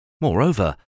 Moreover